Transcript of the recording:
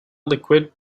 liquid